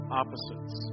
opposites